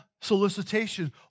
solicitation